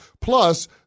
Plus